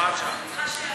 הוראת שעה.